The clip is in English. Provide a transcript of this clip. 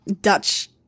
Dutch